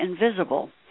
invisible